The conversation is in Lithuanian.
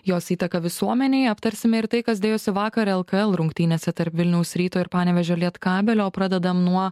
jos įtaką visuomenei aptarsime ir tai kas dėjosi vakar lkl rungtynėse tarp vilniaus ryto ir panevėžio lietkabelio o pradedam nuo